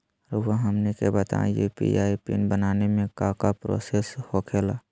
रहुआ हमनी के बताएं यू.पी.आई पिन बनाने में काका प्रोसेस हो खेला?